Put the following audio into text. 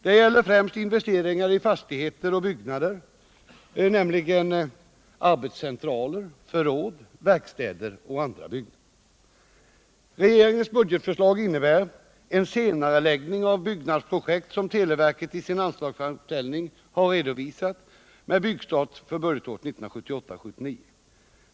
Det gäller främst investeringar i fastigheter och byggnader, nämligen arbetscentraler, förråd, verkstäder och andra byggnader. Regeringens budgetförslag innebär en senareläggning av byggnadsprojekt som televerket i sin anslagsframställning har redovisat med byggstart budgetåret 1978/79.